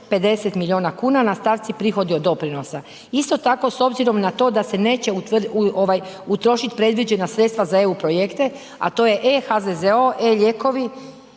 650 milijuna kuna, na stavci prihoda i doprinosa. Isto tako, s obzirom na to da se neće utrošit predviđena sredstva za EU projekte, a to je e-HZZO, e-lijekovi